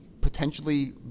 potentially